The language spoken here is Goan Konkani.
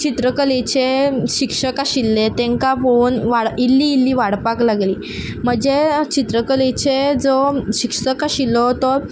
चित्रकलेचे शिक्षक आशिल्ले तांकां पळोवन वाड इल्ली इल्ली वाडपाक लागली म्हजे चित्रकलेचे जो शिक्षक आशिल्लो तो